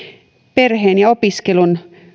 perheen ja opiskelun